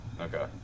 Okay